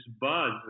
buzz